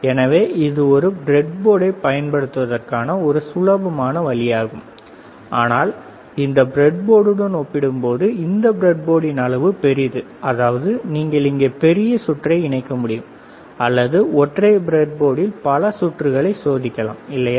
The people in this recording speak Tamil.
எனவே இது ஒரு பிரெட்போர்டைப் பயன்படுத்துவதற்கான ஒரு சுலபமான வழியாகும் ஆனால் இந்த ப்ரெட்போர்டுடன் ஒப்பிடும்போது இந்த ப்ரெட்போர்டின் அளவு பெரிது அதாவது நீங்கள் இங்கே பெரிய சுற்றை இணைக்க முடியும் அல்லது ஒற்றை பிரட்போர்டில் பல சுற்றுகளை சோதிக்கலாம் இல்லையா